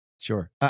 Sure